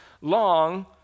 long